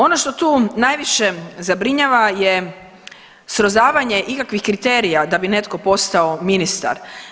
Ono što tu najviše zabrinjava je srozavanje ikakvih kriterija da bi netko postao ministar.